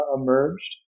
emerged